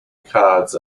cards